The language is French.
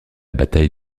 bataille